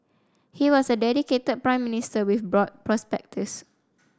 he was a dedicated Prime Minister with broad perspectives